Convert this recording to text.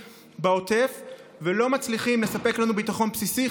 בעוטף ולא מצליחים לספק לנו ביטחון בסיסי,